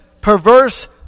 perverse